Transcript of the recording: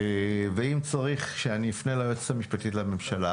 ואם צריך שאני אפנה ליועצת המשפטית לממשלה,